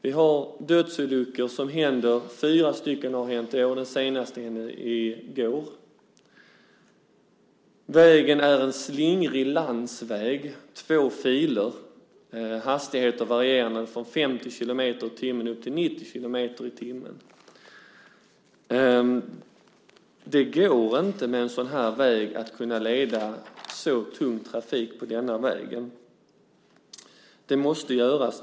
Det sker dödsolyckor. Det har hänt fyra i år - den senaste ägde rum i går. Det är en slingrig landsväg med två filer. Hastigheten varierar mellan 50 och 90 kilometer i timmen. Det är inte rimligt att man leder så tung trafik på denna väg. Något måste göras.